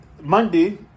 Monday